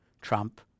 Trump